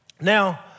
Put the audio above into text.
Now